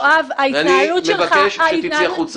יואב, ההתנהלות שלך --- אני מבקש שתצאי החוצה.